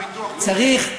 צריך,